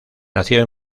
nació